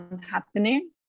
happening